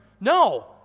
No